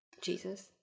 Jesus